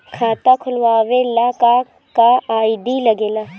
खाता खोलवावे ला का का आई.डी लागेला?